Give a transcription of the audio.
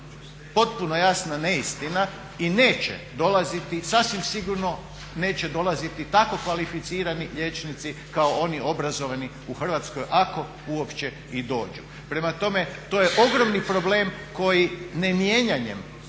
potpuno jasna neistina i neće dolaziti, sasvim sigurno neće dolaziti tako kvalificirani liječnici kao oni obrazovani u Hrvatskoj ako uopće i dođu. Prema tome, to je ogromni problem koji ne mijenjanjem